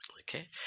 Okay